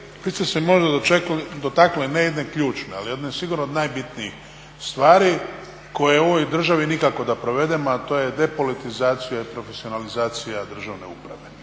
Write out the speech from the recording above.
vi ste se možda dotaknuli ne jedne ključne ali jedne sigurno od najbitnijih stvari koju u ovoj državi nikako da provedemo a to je depolitizacija i profesionalizacija državne uprave.